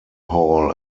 hall